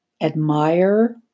admire